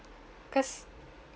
cause